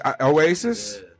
Oasis